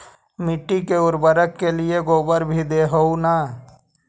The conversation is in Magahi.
मिट्टी के उर्बरक के लिये गोबर भी दे हो न?